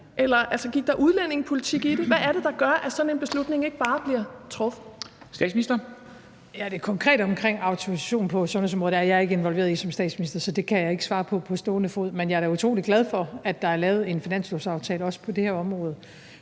eller gik der udlændingepolitik i den? Hvad er det, der gør, at sådan en beslutning ikke bare bliver truffet? Kl. 13:32 Formanden (Henrik Dam Kristensen): Statsministeren. Kl. 13:32 Statsministeren (Mette Frederiksen): Det konkrete omkring autorisation på sundhedsområdet er jeg ikke involveret i som statsminister, så det kan jeg ikke svare på på stående fod, men jeg er da utrolig glad for, at der er lavet en finanslovsaftale også på det her område.